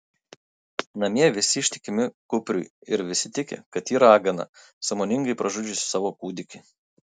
namie visi ištikimi kupriui ir visi tiki kad ji ragana sąmoningai pražudžiusi savo kūdikį